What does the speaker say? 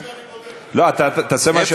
רגע, אני